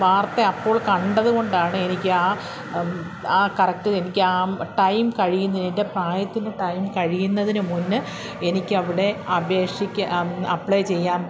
വാർത്ത അപ്പോൾ കണ്ടതുകൊണ്ടാണ് എനിക്ക് ആ ആ കറക്റ്റ് എനിക്ക് ആ ടൈം കഴിയുന്നതിൻ്റെ പ്രായത്തിൻ്റെ ടൈം കഴിയുന്നതിനുമുന്നെ എനിക്കവിടെ അപേക്ഷിക്കാൻ അപ്ലൈ ചെയ്യാൻ